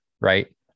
Right